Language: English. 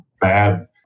bad